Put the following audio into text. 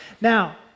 now